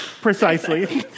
Precisely